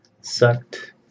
sucked